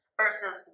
versus